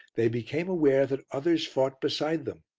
they became aware that others fought beside them.